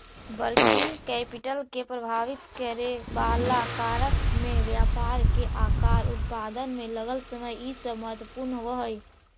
working capital के प्रभावित करेवाला कारक में व्यापार के आकार, उत्पादन में लगल समय इ सब महत्वपूर्ण होव हई